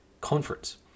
conference